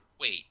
Wait